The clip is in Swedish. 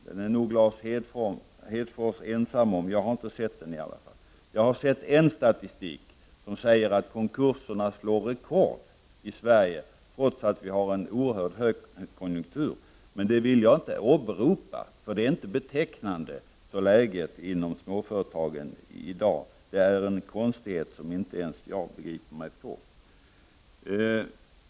Den är nog Lars Hedfors ensam om; jag har i alla fall inte sett den. Jag har sett en statistik, som säger att konkurserna slår rekord i Sverige, trots att vi har en utpräglad högkonjunktur. Men det vill jag inte åberopa, för det är inte betecknade för läget inom småföretagen i dag. Det är en konstighet som inte ens jag begriper mig på.